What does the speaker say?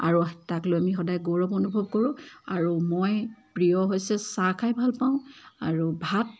আৰু তাক লৈ আমি সদায় গৌৰৱ অনুভৱ কৰোঁ আৰু মই প্ৰিয় হৈছে চাহখাই ভাল পাওঁ আৰু ভাত